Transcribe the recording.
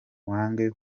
wange